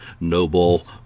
noble